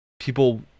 people